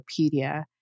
Wikipedia